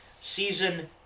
Season